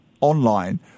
online